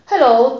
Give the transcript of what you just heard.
Hello